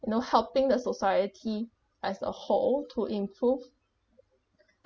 you know helping the society as a whole to improve